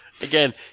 Again